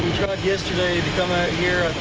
yesterday to come out here,